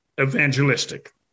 evangelistic